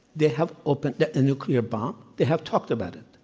they have opened a nuclear bomb. they have talked about it.